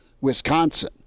Wisconsin